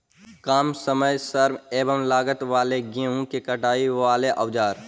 काम समय श्रम एवं लागत वाले गेहूं के कटाई वाले औजार?